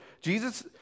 Jesus